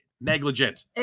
negligent